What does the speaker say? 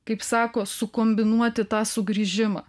kaip sako sukombinuoti tą sugrįžimą